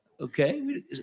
Okay